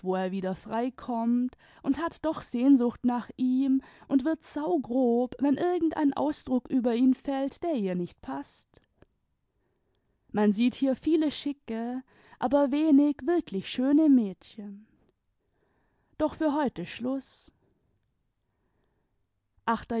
wieder frei kommt und hat doch sehnsucht nach ihm und wird saugrob wenn irgendein ausdruck über ihn fällt der ihr nicht paßt man sieht hier viele schicke aber wenig wirklich schöne mädchen doch für heute schluß